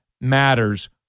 matters